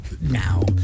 now